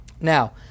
Now